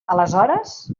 aleshores